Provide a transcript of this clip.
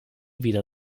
wieder